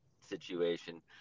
situation